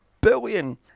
billion